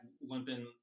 limping